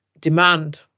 demand